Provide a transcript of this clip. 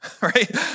Right